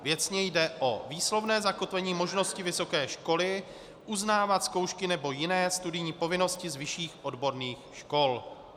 Věcně jde o výslovné zakotvení možnosti vysoké školy uznávat zkoušky nebo jiné studijní povinnosti z vyšších odborných škol.